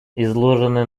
изложены